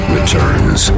Returns